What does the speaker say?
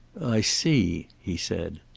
i see, he said.